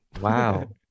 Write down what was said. Wow